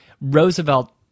Roosevelt